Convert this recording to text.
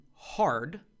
hard